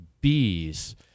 bees